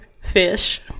fish